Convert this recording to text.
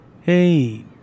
Hey